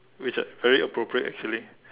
which are very proper actually